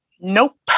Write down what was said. Nope